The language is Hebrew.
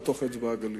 לתוך אצבע-הגליל.